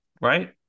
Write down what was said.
Right